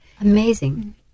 Amazing